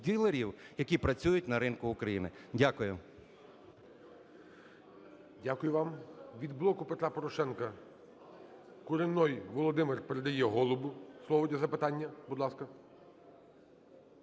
дилерів, які працюють на ринку України. Дякую. ГОЛОВУЮЧИЙ. Дякую вам. Від "Блоку Петра Порошенка" Куренной Володимир передає Голубу слово для запитання. Будь ласка.